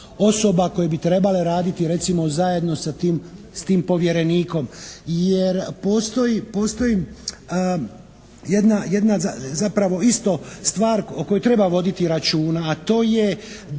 osoba koje bi trebale raditi recimo zajedno s tim povjerenikom, jer postoji jedna zapravo ista stvar o kojoj treba voditi računa, a to je